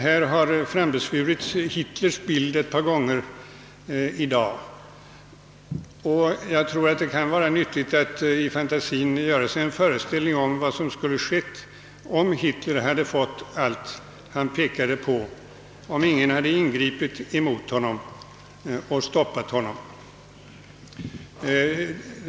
Här har frambesvurits Hitlers bild ett par gånger i dag, och jag tror det kan vara nyttigt att i fantasien göra sig en föreställning om vad som skulle ha skett ifall Hitler fått allt han pekade på, utan att någon ingripit och stoppat honom.